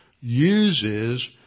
uses